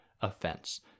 offense